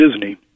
Disney